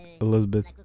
Elizabeth